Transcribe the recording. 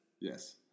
yes